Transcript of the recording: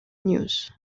news